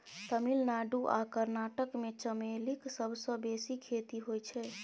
तमिलनाडु आ कर्नाटक मे चमेलीक सबसँ बेसी खेती होइ छै